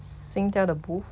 singtel 的 booth